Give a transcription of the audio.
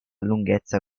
lunghezza